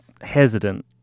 hesitant